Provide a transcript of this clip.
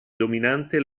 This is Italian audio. dominante